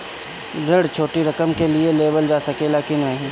ऋण छोटी रकम के लिए लेवल जा सकेला की नाहीं?